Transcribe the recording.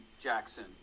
Jackson